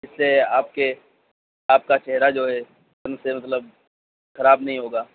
اس سے آپ کے آپ کا چہرہ جو ہے سن سے مطلب خراب نہیں ہوگا